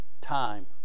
time